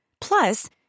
Plus